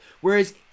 Whereas